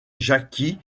jacky